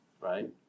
right